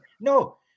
No